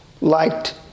liked